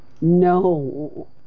No